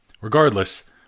Regardless